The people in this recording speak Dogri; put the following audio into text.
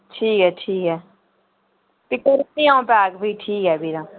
ठीक ऐ ठीक ऐ करी ओड़नी में पैक फ्ही